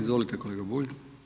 Izvolite kolega Bulj.